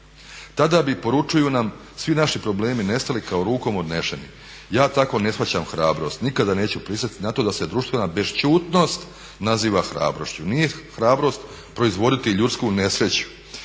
Tada bi, poručuju nam, svi naši problemi nestali kao rukom odneseni. Ja tako ne shvaćam hrabrost. Nikada neću pristati na to da se društvene bešćutnost naziva hrabrošću. Nije hrabrost proizvoditi ljudsku nesreću